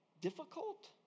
difficult